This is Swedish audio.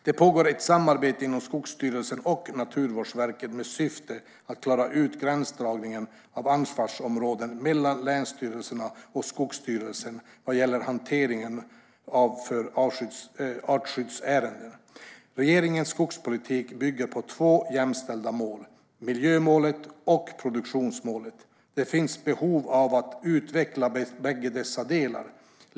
Det pågår ett samarbete inom Skogsstyrelsen och Naturvårdsverket med syftet att klara ut gränsdragningen av ansvarsområden mellan länsstyrelserna och Skogsstyrelsen vad gäller hantering av artskyddsärenden. Regeringens skogspolitik bygger på två jämställda mål: miljömålet och produktionsmålet. Det finns behov av att utveckla bägge dessa delar.